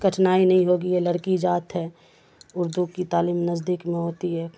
کٹھنائی نہیں ہوگی یہ لڑکی ذات ہے اردو کی تعلیم نزدیک میں ہوتی ہے